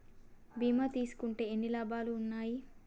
బీమా తీసుకుంటే ఎన్ని లాభాలు ఉన్నాయి?